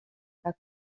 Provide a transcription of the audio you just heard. pas